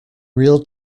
real